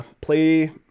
play